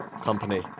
company